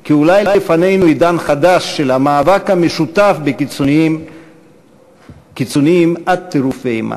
כי אולי לפנינו עידן חדש של המאבק המשותף בקיצוניים עד טירוף ואימה,